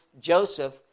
Joseph